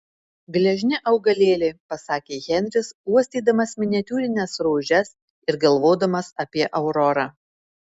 gležni augalėliai pasakė henris uostydamas miniatiūrines rožes ir galvodamas apie aurorą